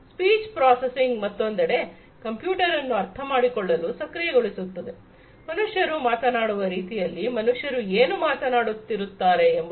speech processing ಮತ್ತೊಂದೆಡೆ ಕಂಪ್ಯೂಟರನ್ನು ಅರ್ಥಮಾಡಿಕೊಳ್ಳಲು ಸಕ್ರಿಯಗೊಳಿಸುತ್ತದೆ ಮನುಷ್ಯರು ಮಾತನಾಡುವ ರೀತಿಯಲ್ಲಿ ಮನುಷ್ಯರು ಏನು ಮಾತನಾಡುತ್ತಿರುತ್ತಾರೆ ಎಂಬುದನ್ನು